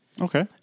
Okay